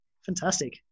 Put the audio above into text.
Fantastic